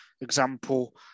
example